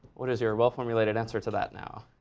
what is your well-formulated answer to that now?